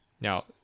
Now